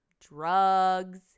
drugs